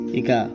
ika